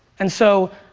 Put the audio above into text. and so,